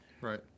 Right